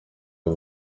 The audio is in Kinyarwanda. y’u